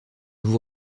vous